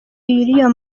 iyo